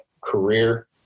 career